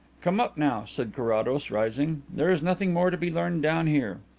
come up now, said carrados, rising. there is nothing more to be learned down here.